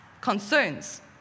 concerns